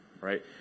right